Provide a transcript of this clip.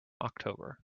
october